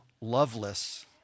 loveless